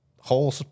whole –